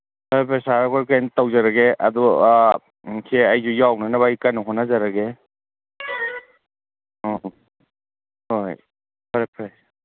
ꯐꯔꯦ ꯐꯔꯦ ꯁꯥꯔ ꯑꯩꯈꯣꯏ ꯀꯩꯅꯣ ꯇꯧꯖꯔꯒꯦ ꯑꯗꯣ ꯁꯦ ꯑꯩꯁꯨ ꯌꯥꯎꯅꯅꯕ ꯀꯟꯅ ꯍꯣꯠꯅꯖꯔꯒꯦ ꯍꯣꯍꯣ ꯍꯣꯏ ꯍꯣꯏ ꯐꯔꯦ ꯐꯔꯦ